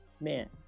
man